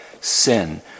sin